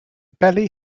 belly